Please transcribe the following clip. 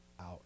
out